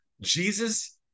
Jesus